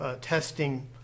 testing